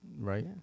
Right